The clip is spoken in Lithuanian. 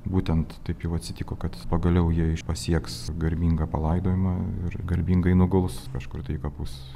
būtent taip jau atsitiko kad pagaliau jie pasieks garbingą palaidojimą ir garbingai nuguls kažkur tai į kapus